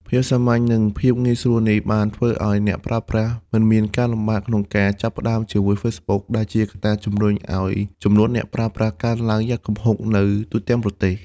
ភាពសាមញ្ញ និងភាពងាយស្រួលនេះ បានធ្វើឲ្យអ្នកប្រើប្រាស់ មិនមានការលំបាកក្នុងការចាប់ផ្ដើម ជាមួយ Facebook ដែលជាកត្តាជំរុញឲ្យចំនួនអ្នកប្រើប្រាស់កើនឡើងយ៉ាងគំហុកនៅទូទាំងប្រទេស។